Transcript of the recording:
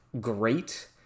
great